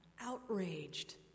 outraged